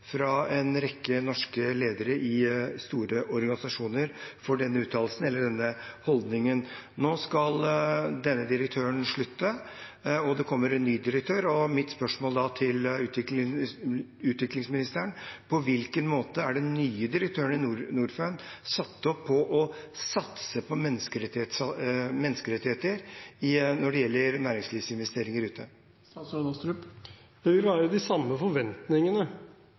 fra en rekke norske ledere i store organisasjoner for denne holdningen. Nå skal denne direktøren slutte. Det kommer en ny direktør, og mitt spørsmål til utviklingsministeren er: På hvilken måte er den nye direktøren i Norfund satt til å satse på menneskerettigheter når det gjelder næringslivsinvesteringer ute? Det vil være de samme forventningene